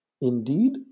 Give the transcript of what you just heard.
Indeed